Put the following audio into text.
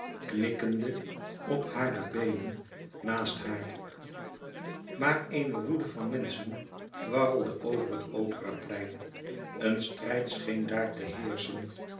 knikkende op hare beenen naast haar maar eene woede van menschen dwarrelde over het operaplein een strijd scheen daar te heerschen